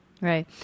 right